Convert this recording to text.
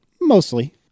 mostly